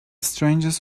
strangest